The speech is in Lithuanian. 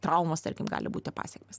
traumos tarkim gali būti pasekmės